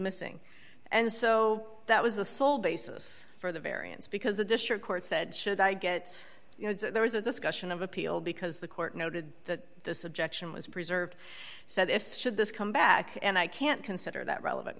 missed and so that was the sole basis for the variance because a district court said should i get there was a discussion of appeal because the court noted that this objection was preserved so if should this come back and i can't consider that relevant